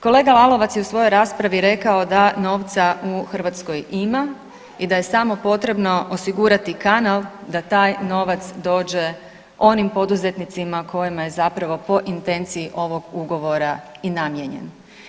Kolega Lalovac je u svojoj raspravi rekao da novca u Hrvatskoj ima i da je samo potrebno osigurati kanal da taj novac dođe onim poduzetnicima kojima je zapravo po intenciji ovog ugovora i namijenjen.